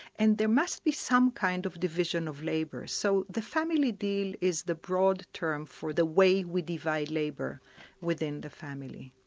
and there must be some kind of division of labour. so the family deal is the broad term for the way we divide labour within the family.